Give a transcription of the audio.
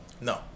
No